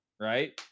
right